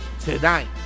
tonight